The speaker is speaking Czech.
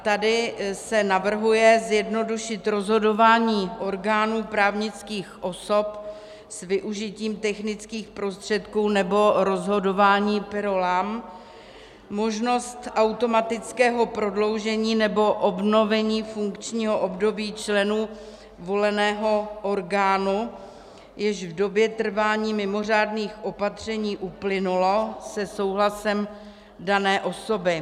Tady se navrhuje zjednodušit rozhodování orgánů právnických osob s využitím technických prostředků nebo rozhodování per rollam, možnost automatického prodloužení nebo obnovení funkčního období členů voleného orgánu, jež v době trvání mimořádných opatření uplynulo, se souhlasem dané osoby.